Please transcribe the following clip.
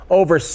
over